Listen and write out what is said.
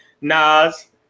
Nas